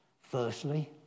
Firstly